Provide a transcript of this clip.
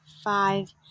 five